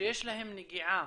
שיש להם נגיעה,